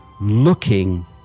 looking